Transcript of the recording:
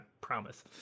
promise